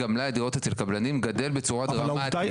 מלאי הדירות אצל קבלנים גדל בצורה דרמטית.